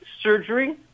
surgery